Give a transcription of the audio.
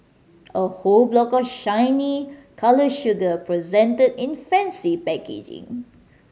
a whole block of shiny coloured sugar presented in fancy packaging